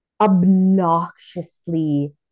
obnoxiously